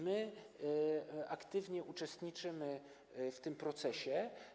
My aktywnie uczestniczymy w tym procesie.